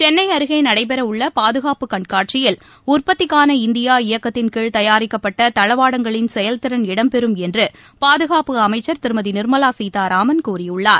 சென்னைஅருகேநடைபெறவுள்ளபாதுகாப்பு கண்காட்சியில் உற்பத்திக்கான இந்தியா இயக்கத்தின்கீழ் தயாரிக்கப்பட்டதளவாடங்களின் செயல்திறன் இடம் பெறும் என்றுபாதுகாப்பு அமைச்சர் திருமதிநிர்மவாசீதாராமன் கூறியுள்ளார்